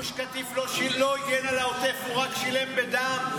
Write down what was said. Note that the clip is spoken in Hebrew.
גוש קטיף לא הגן על העוטף, הוא רק שילם בדם.